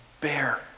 bear